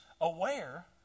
aware